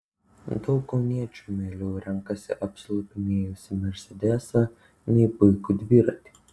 daug kauniečių mieliau renkasi apsilupinėjusį mersedesą nei puikų dviratį